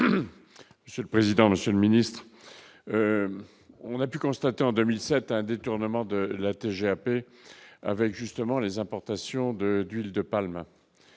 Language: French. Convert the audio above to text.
monsieur le président, Monsieur le Ministre, on a pu constater en 2007, un détournement de la TGAP avec justement les importations de d'huile de palme